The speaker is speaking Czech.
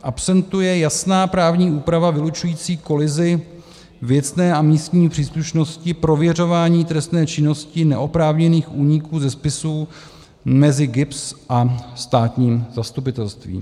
Absentuje jasná právní úprava vylučující kolizi věcné a místní příslušnosti prověřování trestné činnosti neoprávněných úniků ze spisů mezi GIBS a státním zastupitelstvím.